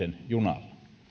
junalla